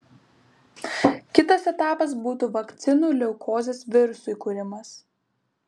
kitas etapas būtų vakcinų leukozės virusui kūrimas